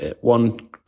one